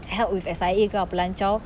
help with S_I_A ke apa lan jiao